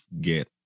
get